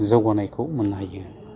जौगानायखौ मोन्नो हायो